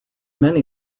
many